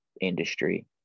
industry